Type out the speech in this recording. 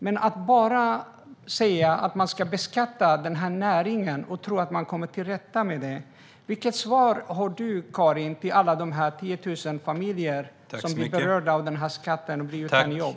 Man kan inte bara beskatta denna näring och tro att man kommer till rätta med det. Vilket svar har du, Karin, till de 10 000 familjer som blir berörda av skatten och blir utan jobb?